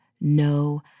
no